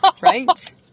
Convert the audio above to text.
Right